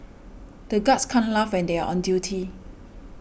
the guards can't laugh when they are on duty